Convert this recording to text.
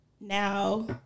now